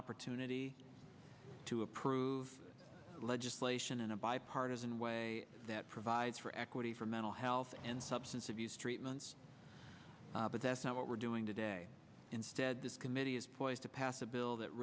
opportunity to approve legislation in a bipartisan way that provides for equity for mental health and substance abuse treatments but that's not what we're doing today instead this committee is poised to pass a bill that